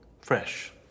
fresh